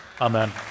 amen